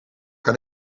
kan